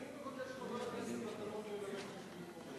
אני מבקש שחבר הכנסת מוץ מטלון ינמק במקומי.